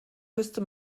müsste